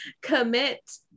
commit